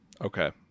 Okay